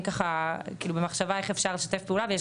אני ככה הייתי במחשבה איך אפשר לשתף פעולה ובכלל